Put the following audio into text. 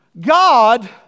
God